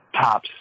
top